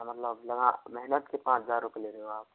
मतलब आप महनत के पांच हज़ार रुपए ले रहे हो आप